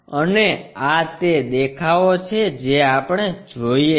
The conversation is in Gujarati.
અને આ તે દેખાવો છે જે આપણે જોઈએ છીએ